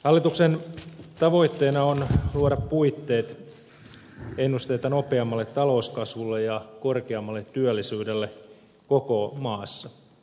hallituksen tavoitteena on luoda puitteet ennusteita nopeammalle talouskasvulle ja korkeammalle työllisyydelle koko maassa